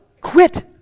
quit